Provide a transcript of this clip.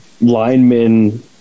linemen